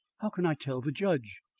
how can i tell the judge!